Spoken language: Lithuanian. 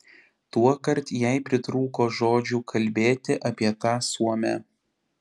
tuokart jai pritrūko žodžių kalbėti apie tą suomę